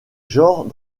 genres